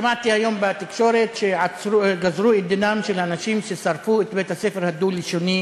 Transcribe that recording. שמעתי היום בתקשורת שגזרו את דינם של אנשים ששרפו את בית-הספר הדו-לשוני